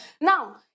Now